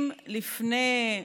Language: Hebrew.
אם לפני,